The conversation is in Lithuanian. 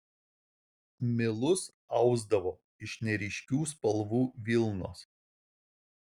milus ausdavo iš neryškių spalvų vilnos